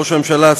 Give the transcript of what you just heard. ראש הממשלה,